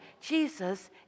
Jesus